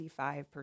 55%